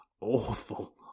awful